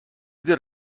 did